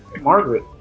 Margaret